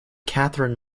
kathryn